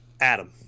Adam